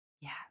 Yes